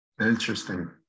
interesting